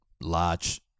large